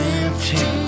empty